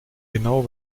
genau